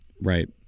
Right